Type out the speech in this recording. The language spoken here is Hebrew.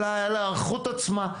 אלא להיערכות עצמה.